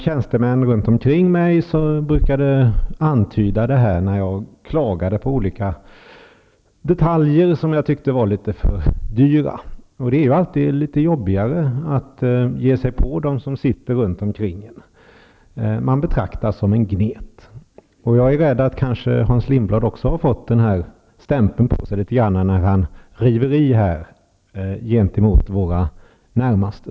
Tjänstemännen runt omkring mig brukade antyda det när jag klagade på olika detaljer som jag tyckte var litet för dyra. Det är ju alltid litet jobbigare att ge sig på dem som man har runt omkring sig. Man betraktas som en gnet. Jag är rädd att Hans Lindblad kanske också har fått den stämpeln på sig litet grand när han här river i gentemot våra närmaste.